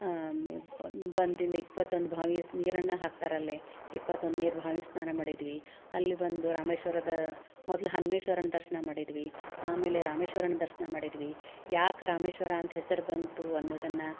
ಆಮೇಲೆ ಬನ್ ಬಂದಿಂದ ಇಪ್ಪತ್ತೊಂದು ಬಾವಿಯ ನೀರನ್ನು ಹಾಕ್ತಾರೆ ಅಲ್ಲಿ ಇಪ್ಪತ್ತೊಂದು ನೀರು ಬಾವಿ ಸ್ನಾನ ಮಾಡಿದ್ವಿ ಅಲ್ಲಿ ಬಂದು ರಾಮೇಶ್ವರದ ಮೊದ್ಲು ಹನ್ಮೇಶ್ವರನ ದರ್ಶನ ಮಾಡಿದ್ವಿ ಆಮೇಲೆ ರಾಮೇಶ್ವರನ ದರ್ಶನ ಮಾಡಿದ್ವಿ ಯಾಕೆ ರಾಮೇಶ್ವರ ಅಂತ ಹೆಸರು ಬಂತು ಅನ್ನೋದನ್ನು